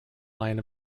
line